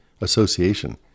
association